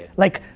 like,